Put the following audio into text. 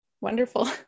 wonderful